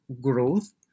growth